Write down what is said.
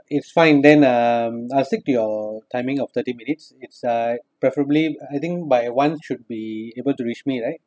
it's fine then um I'll stick to your timing of thirty minutes it's like preferably I think by one should be able to reach me right